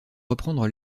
reprendre